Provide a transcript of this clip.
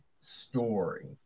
story